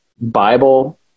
Bible